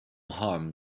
harm